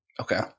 Okay